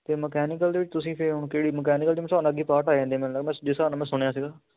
ਅਤੇ ਮਕੈਨੀਕਲ ਦੇ ਵਿੱਚ ਤੁਸੀਂ ਫਿਰ ਹੁਣ ਕਿਹੜੀ ਮਕੈਨੀਕਲ ਦੇ ਹਿਸਾਬ ਨਾਲ ਅੱਗੇ ਪਾਰਟ ਆ ਜਾਂਦੇ ਆ ਮੈਨੂੰ ਲੱਗਦਾ ਮੈਂ ਜਿਸ ਹਿਸਾਬ ਨਾਲ ਮੈਂ ਸੁਣਿਆ ਸੀਗਾ